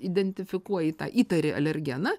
identifikuoji tą įtari alergeną